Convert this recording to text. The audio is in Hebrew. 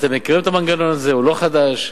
אתם מכירים את המנגנון הזה, הוא לא חדש,